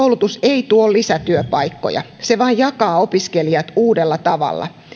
koulutus ei tuo lisätyöpaikkoja se vain jakaa opiskelijat uudella tavalla